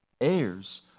heirs